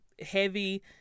heavy